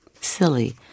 silly